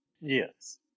Yes